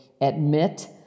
admit